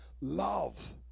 love